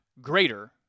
greater